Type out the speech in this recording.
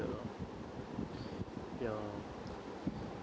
ya lor ya